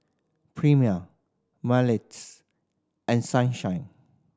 Premier Mentos and Sunshine